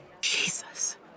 Jesus